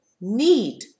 need